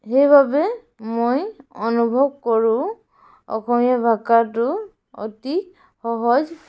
সেইবাবে মই অনুভৱ কৰোঁ অসমীয়া ভাষাটো অতি সহজ